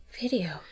video